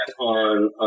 on